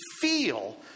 feel